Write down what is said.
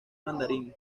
mandarín